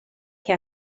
che